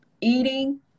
eating